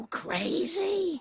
crazy